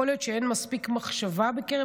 יכול להיות שאין מספיק מחשבה בקרב